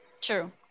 true